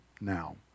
now